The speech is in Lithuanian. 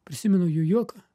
prisimenu jų juoką